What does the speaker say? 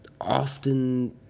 often